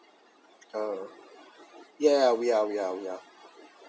uh yeah we are we are we are